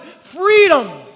Freedom